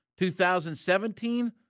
2017